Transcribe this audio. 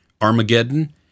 Armageddon